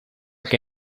que